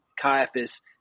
Caiaphas